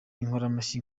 inkomamashyi